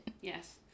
yes